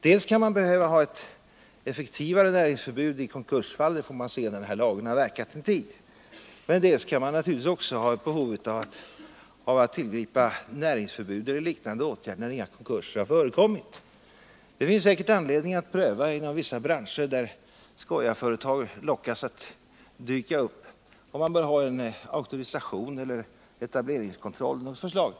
Dels kan man behöva ha ett effektivare näringsförbud i konkursfall — det får man se när den här lagen har verkat en tid —, dels kan man naturligtvis också ha ett behov av att tillgripa näringsförbud eller liknande åtgärder när inga konkurser har förekommit. Det finns säkert anledning att pröva inom vissa branscher, där skojarföretag lockas att dyka upp, om man bör ha en auktorisation eller etableringskontroll av något slag.